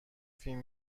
فین